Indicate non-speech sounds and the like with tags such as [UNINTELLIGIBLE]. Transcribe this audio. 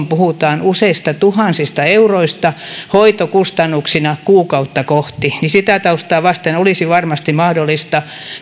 [UNINTELLIGIBLE] puhutaan useista tuhansista euroista hoitokustannuksina kuukautta kohti niin sitä taustaa vasten olisi varmasti mahdollista